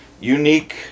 unique